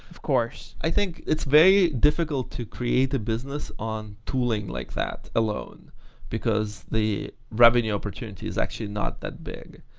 of course. i think it's very difficult to create the business on tooling like that alone because the revenue opportunity is actually not that big,